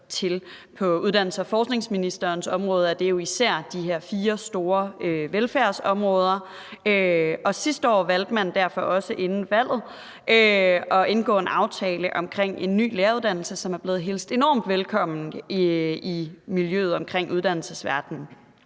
til. På uddannelses- og forskningsministerens område er det jo især de her fire store velfærdsområder, og sidste år valgte man derfor også inden valget at indgå en aftale omkring en ny læreruddannelse, som er blevet hilst enormt velkommen i miljøet omkring uddannelsesverdenen.